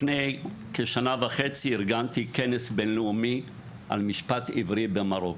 לפני כשנה וחצי ארגנתי כנס בין-לאומי על משפט עברי במרוקו.